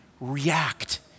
react